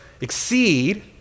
exceed